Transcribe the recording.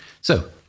So-